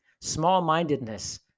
small-mindedness